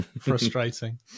frustrating